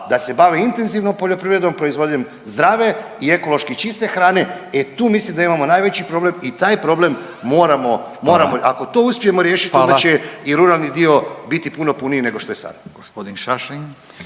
da se bave intenzivno poljoprivrednom proizvodnjom zdrave i ekološki čiste hrane. E tu mislim da imamo najveći problem i taj problem moramo, ako to uspijemo riješiti …/Upadica Radin: Hvala./… onda će i ruralni dio biti puno puniji nego što je sada.